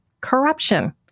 corruption